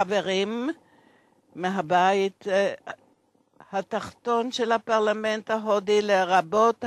חברים מהבית התחתון של הפרלמנט ההודי, לרבות